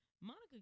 Monica